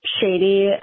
shady